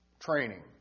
Training